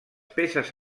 peces